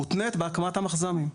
מותנית בהקמת המחז"מים.